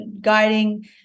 guiding